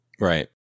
Right